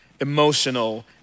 emotional